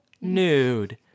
nude